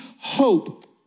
hope